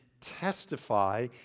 testify